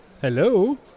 Hello